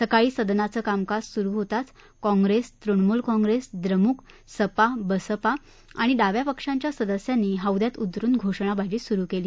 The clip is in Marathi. सकाळी सदनाचं कामकाज सुरु होताच काँग्रेस तृणमूल काँग्रेस द्रमुक सपा बसपा आणि डाव्या पक्षांच्या सदस्यांनी हौद्यात उतरुन घोषणाबाजी सुरु केली